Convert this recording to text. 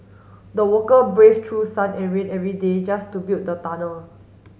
the worker brave through sun and rain every day just to build the tunnel